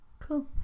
Cool